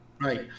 right